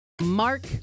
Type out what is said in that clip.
Mark